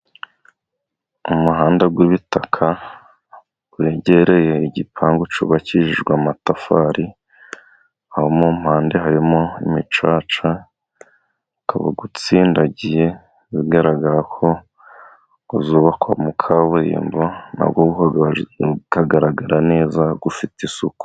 Umuhanda wibitaka wegereye igipangu cyubakishijwe amatafari. Aho mu mpande harimo imicaca ukaba utsindagiye. Bigaragara ko uzubakwamo kaburimbo na wo utagaragara neza, ufite isuku.